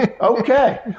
Okay